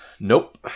nope